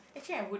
actually I would